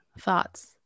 thoughts